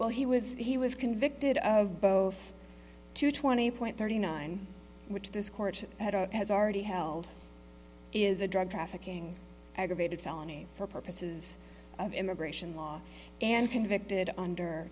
while he was he was convicted of both to twenty point thirty nine which this court has already held is a drug trafficking aggravated felony for purposes of immigration law and convicted under